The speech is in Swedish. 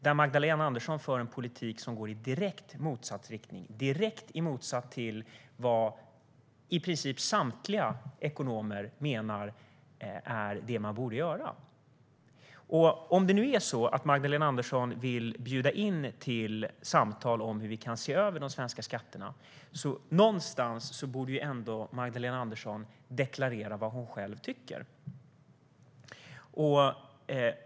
Men Magdalena Andersson för en politik som går i direkt motsatt riktning, direkt i motsats till vad i princip samtliga ekonomer menar att man borde göra. Om nu Magdalena Andersson vill bjuda in till samtal om hur vi kan se över de svenska skatterna borde Magdalena Andersson deklarera vad hon själv tycker.